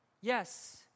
Yes